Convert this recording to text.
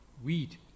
Weed